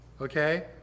okay